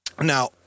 now